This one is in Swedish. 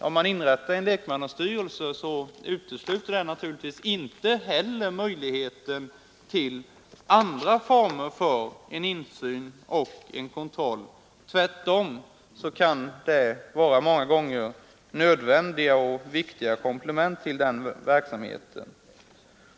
Inrättandet av en lekmannastyrelse utesluter naturligtvis inte möjligheten av andra former för insyn och kontroll. Tvärtom kan dessa utgöra nödvändiga och viktiga komplement.